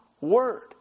word